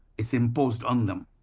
it's imposed on them,